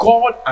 God